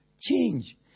change